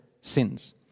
sins